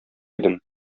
идем